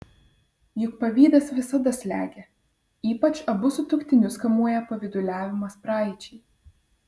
juk pavydas visada slegia ypač abu sutuoktinius kamuoja pavyduliavimas praeičiai